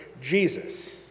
Jesus